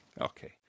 Okay